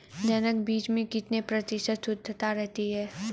जनक बीज में कितने प्रतिशत शुद्धता रहती है?